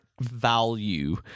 value